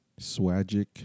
Swagic